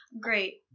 great